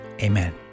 amen